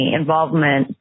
involvement